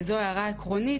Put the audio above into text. וזו הערה עקרונית,